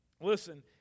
Listen